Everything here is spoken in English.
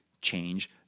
change